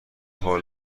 حال